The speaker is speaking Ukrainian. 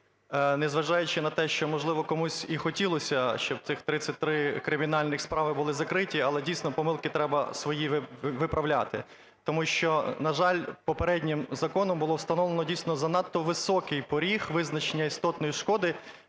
незважаючи на те, що, можливо, комусь і хотілося, щоб ці 33 кримінальні справи були закриті, але, дійсно, помилки треба свої виправляти. Тому що, на жаль, попереднім законом було встановлено, дійсно, занадто високий поріг визначення істотної шкоди,